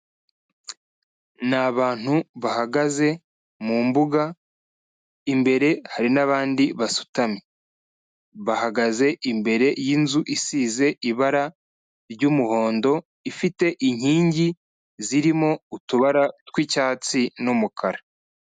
Ni abantu bahagaze mu mbuga, imbere hari n'abandi basutamye, bahagaze imbere y'inzu isize ibara ry'umuhondo, ifite inkingi zirimo utubara tw'icyatsi n'umukara.